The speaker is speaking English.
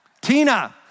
Tina